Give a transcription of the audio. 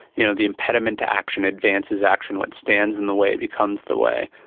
you know, the impediment to action advances action, what stands in the way becomes the way.